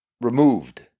removed